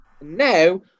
now